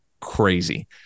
crazy